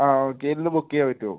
ആ ഓക്കെ ഇന്ന് ബുക്ക് ചെയ്യാൻ പറ്റുമോ